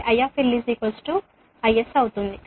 కాబట్టి I IS అవుతుంది